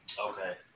Okay